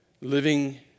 living